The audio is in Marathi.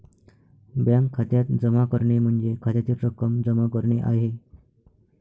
बँक खात्यात जमा करणे म्हणजे खात्यातील रक्कम जमा करणे आहे